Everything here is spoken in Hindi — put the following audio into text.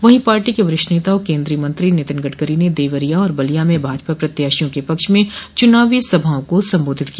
वहीं पार्टी के वरिष्ठ नेता और केन्द्रीय मंत्री नितिन गडकरी ने देवरिया और बलिया में भाजपा प्रत्याशियों के पक्ष में चूनावी सभाओं को संबोधित किया